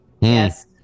Yes